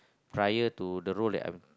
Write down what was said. prior to the role that I'm